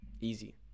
easy